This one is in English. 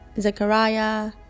Zechariah